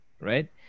right